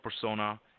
persona